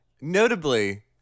notably